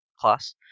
class